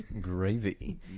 Gravy